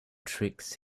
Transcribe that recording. tricks